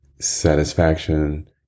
satisfaction